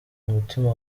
umutima